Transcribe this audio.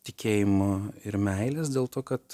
tikėjimo ir meilės dėl to kad